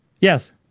Yes